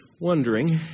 wondering